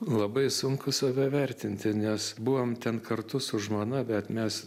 labai sunku save vertinti nes buvom ten kartu su žmona bet mes